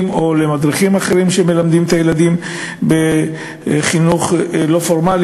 או למדריכים אחרים שמלמדים את הילדים בחינוך הלא-פורמלי,